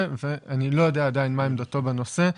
ואני לא יודע עדיין מהי עמדתו בנושא.